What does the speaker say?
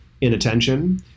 inattention